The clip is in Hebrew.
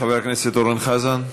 חבר הכנסת אורן חזן,